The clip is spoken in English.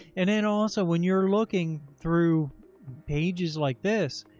and then also when you're looking through pages like this,